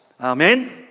Amen